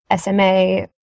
SMA